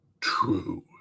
true